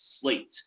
slate